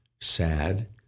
sad